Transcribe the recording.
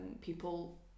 people